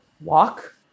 walk